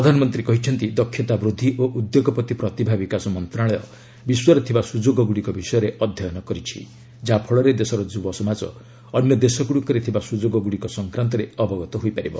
ପ୍ରଧାନମନ୍ତ୍ରୀ କହିଛନ୍ତି ଦକ୍ଷତା ବୃଦ୍ଧି ଓ ଉଦ୍ୟୋଗପତି ପ୍ରତିଭାବିକାଶ ମନ୍ତ୍ରଣାଳୟ ବିଶ୍ୱରେ ଥିବା ସୁଯୋଗଗୁଡ଼ିକ ବିଷୟରେ ଅଧ୍ୟୟନ କରିଛି ଯାହାଫଳରେ ଦେଶର ଯୁବସମାଜ ଅନ୍ୟ ଦେଶଗୁଡ଼ିକରେ ଥିବା ସୁଯୋଗଗୁଡ଼ିକ ସଂକ୍ରାନ୍ତରେ ଅବଗତ ହୋଇପାରିବ